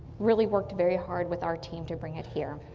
really worked very hard with our team to bring it here.